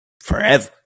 forever